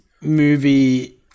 movie